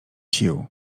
sił